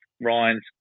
Ryan's